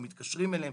לא מתקשרים אליהם.